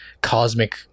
cosmic